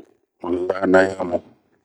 Lanayamu.